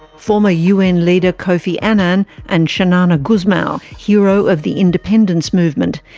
former un leader kofi annan and xanana gusmao, hero of the independence movement,